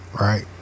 right